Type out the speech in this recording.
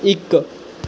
ਇੱਕ